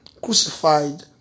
crucified